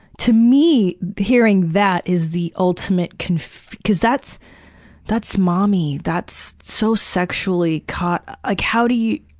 to me hearing that is the ultimate confu cause that's that's mommy. that's so sexually caught like how do you?